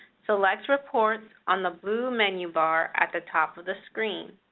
select reports on the blue menu bar at the top of the screen.